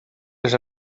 les